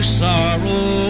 sorrow